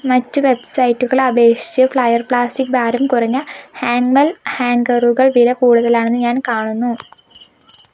മറ്റ് വെബ്സൈറ്റുകളെ അപേക്ഷിച്ച് ഫ്ലെയർ പ്ലാസ്റ്റിക് ഭാരം കുറഞ്ഞ ഹാങ്വെൽ ഹാംഗറുകൾ വില കൂടുതലാണെന്ന് ഞാൻ കാണുന്നു